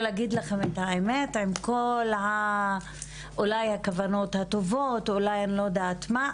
ולהגיד לכם את האמת: עם כל אולי הכוונות הטובות ואולי אני לא-יודעת-מה,